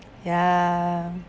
ya